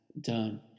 done